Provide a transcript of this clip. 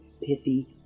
pithy